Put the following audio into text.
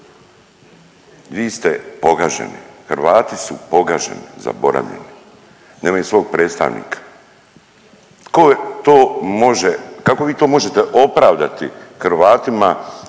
Vi ste pogaženi, Hrvati su pogaženi, zaboravljeni. Nemaju svog predstavnika. Tko to može, kako vi to možete opravdati Hrvatima,